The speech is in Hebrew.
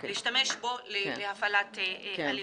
להשתמש בו להפעלת אלימות.